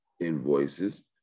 invoices